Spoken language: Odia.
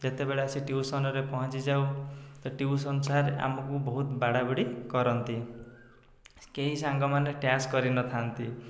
ଯେତେବେଳେ ଆସି ଟ୍ୟୁସନ୍ରେ ପହଞ୍ଚି ଯାଉ ସେ ଟ୍ୟୁସନ୍ ସାର୍ ଆମକୁ ବହୁତ ବାଡ଼ାବାଡ଼ି କରନ୍ତି କେହି ସାଙ୍ଗମାନେ ଟାସ୍କ୍ କରିନଥାନ୍ତି